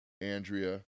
Andrea